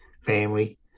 family